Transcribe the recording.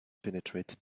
penetrate